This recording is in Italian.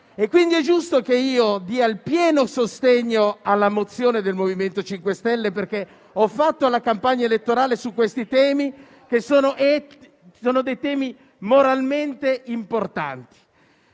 Quindi, è giusto che io dia il pieno sostegno alla mozione del MoVimento 5 Stelle, perché ho fatto la campagna elettorale su questi temi, moralmente importanti.